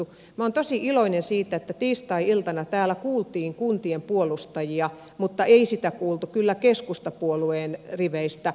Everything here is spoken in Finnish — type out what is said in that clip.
minä olen tosi iloinen siitä että tiistai iltana täällä kuultiin kuntien puolustajia mutta ei sitä kuultu kyllä keskustapuolueen riveistä